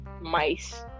mice